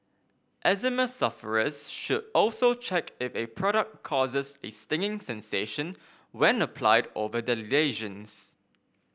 eczema sufferers should also check if a product causes a stinging sensation when applied over their lesions